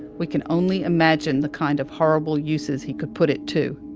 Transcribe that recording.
we can only imagine the kind of horrible uses he could put it to.